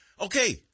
Okay